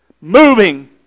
moving